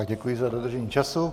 Děkuji za dodržení času.